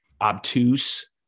obtuse